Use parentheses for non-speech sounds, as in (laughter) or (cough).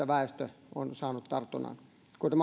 (unintelligible) väestöstä on saanut tartunnan kuten (unintelligible)